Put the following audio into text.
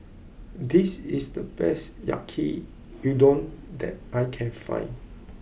this is the best Yaki Udon that I can find